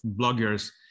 bloggers